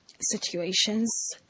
situations